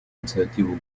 инициативу